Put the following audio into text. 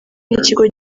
n’ikigo